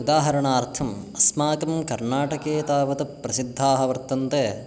उदाहरणार्थम् अस्माकं कर्नाटके तावत् प्रसिद्धाः वर्तन्ते